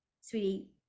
sweetie